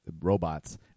robots